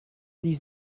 dix